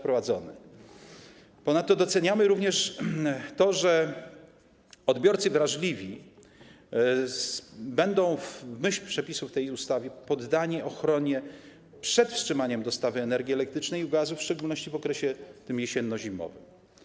Ponadto doceniamy również to, że odbiorcy wrażliwi będą w myśl przepisów tej ustawy poddani ochronie przed wstrzymaniem dostawy energii elektrycznej i gazu, w szczególności w okresie jesienno-zimowym.